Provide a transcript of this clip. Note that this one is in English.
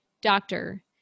doctor